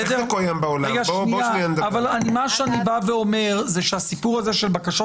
מה שאני בא ואומר זה שהסיפור הזה של בקשות